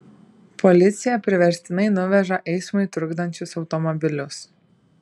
policija priverstinai nuveža eismui trukdančius automobilius